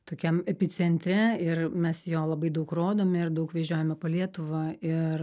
tokiam epicentre ir mes jo labai daug rodome ir daug vežiojame po lietuvą ir